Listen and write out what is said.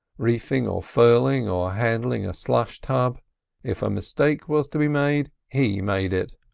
reefing or furling, or handling a slush tub if a mistake was to be made, he made it.